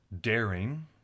daring